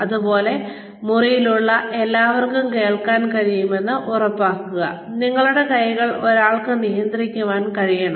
അതുപോലെ മുറിയിലുള്ള എല്ലാവർക്കും കേൾക്കാൻ കഴിയുമെന്ന് ഉറപ്പാക്കുക ഒരാളുടെ കൈകൾ ഒരാൾക്ക് നിയന്ത്രിക്കാൻ കഴിയണം